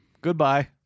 Goodbye